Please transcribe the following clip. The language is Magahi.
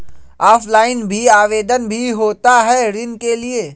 ऑफलाइन भी आवेदन भी होता है ऋण के लिए?